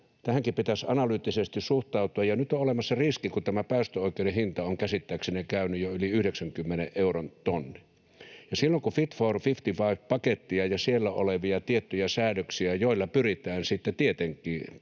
tähänkin pitäisi analyyttisesti suhtautua, ja nyt on olemassa riski, kun tämä päästöoikeuden hinta on käsittääkseni käynyt jo yli 90 euron tonni ja silloin kun Fit for 55 ‑pakettia ja siellä olevia tiettyjä säädöksiä, joilla pyritään sitten